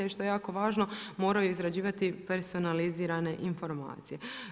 I što je jako važno morao je izrađivati personalizirane informacije.